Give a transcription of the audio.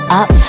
up